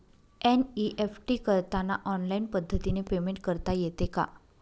NEFT करताना online पद्धतीने payment करता येते का?